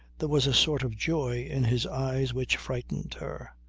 there was a sort of joy in his eyes which frightened her.